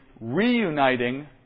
reuniting